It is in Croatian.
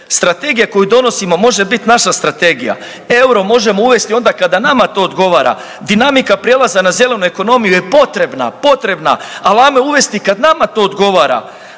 Strategija koju donosimo može bit naša strategija, euro možemo uvesti onda kada nama to odgovara, dinamika prijelaza na zelenu ekonomiju je potrebna, potrebna, ali ajmo je uvesti kada nama to odgovara.